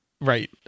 right